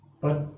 But—